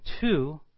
two